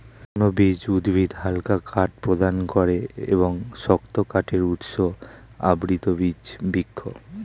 নগ্নবীজ উদ্ভিদ হালকা কাঠ প্রদান করে এবং শক্ত কাঠের উৎস আবৃতবীজ বৃক্ষ